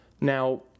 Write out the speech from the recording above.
Now